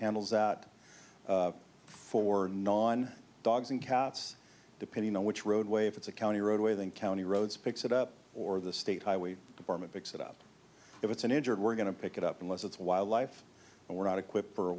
handles out for non dogs and cats depending on which roadway if it's a county roadway then county roads picks it up or the state highway department picks it up if it's an injured we're going to pick it up unless it's wildlife and we're not equipped for